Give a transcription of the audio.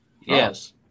yes